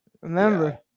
Remember